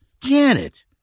Janet